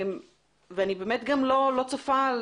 אני באמת גם לא צופה,